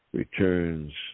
returns